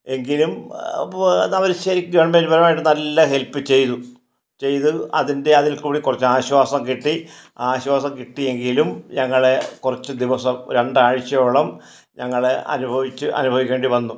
എങ്കിലും അവർ ശരിക്കും ഗവർമെൻറ് പരമായി നല്ല ഹെല്പ് ചെയ്തു ചെയ്തു അതിൻ്റെ അതിൽ കൂടെ കുറച്ചു ആശ്വാസം കിട്ടി ആശ്വാസം കിട്ടിയെങ്കിലും ഞങ്ങളെ കുറച്ചു ദിവസം രണ്ടാഴ്ചയോളം ഞങ്ങളെ അനുഭവിച്ച് അനുഭവിക്കേണ്ടി വന്നു